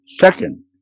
second